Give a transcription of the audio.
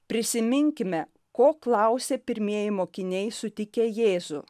prisiminkime ko klausė pirmieji mokiniai sutikę jėzų